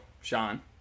Sean